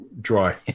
dry